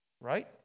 Right